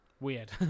weird